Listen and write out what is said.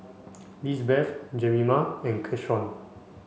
Lisbeth Jemima and Keshawn